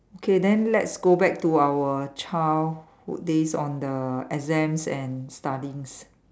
okay then let's go back to our childhood days on the exams and studies